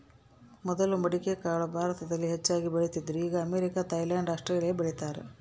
ಮೊದಲು ಮಡಿಕೆಕಾಳು ಭಾರತದಲ್ಲಿ ಹೆಚ್ಚಾಗಿ ಬೆಳೀತಿದ್ರು ಈಗ ಅಮೇರಿಕ, ಥೈಲ್ಯಾಂಡ್ ಆಸ್ಟ್ರೇಲಿಯಾ ಬೆಳೀತಾರ